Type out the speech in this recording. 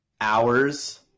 hours